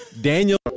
Daniel